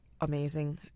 amazing